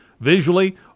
visually